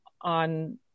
on